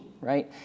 right